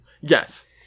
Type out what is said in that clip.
Yes